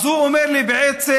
הוא אומר לי בעצם: